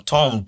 Tom